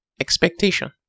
expectation